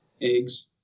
Eggs